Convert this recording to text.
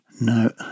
No